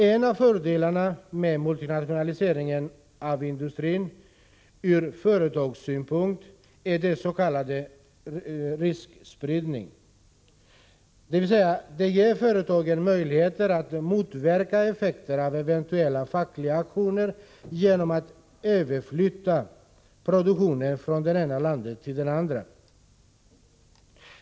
En av fördelarna med multinationaliseringen av industrin ur företagens synpunkt är den s.k. riskspridningen, dvs. den ger företagen möjlighet att motverka effekter av eventuella fackliga aktioner genom att flytta över produktion från det ena landet till det andra.